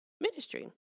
ministry